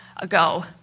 ago